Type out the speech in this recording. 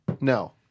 No